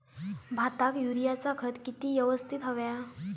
भाताक युरियाचा खत किती यवस्तित हव्या?